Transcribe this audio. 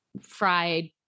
fried